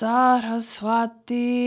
Saraswati